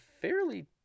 fairly